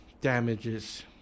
damages